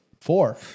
Four